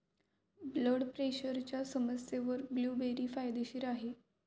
blood प्रेशरच्या समस्येवर blueberry फायदेशीर आहे